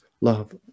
love